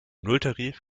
nulltarif